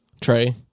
Trey